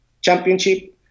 championship